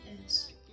Yes